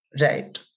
Right